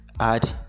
add